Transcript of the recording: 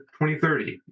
2030